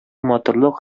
матурлык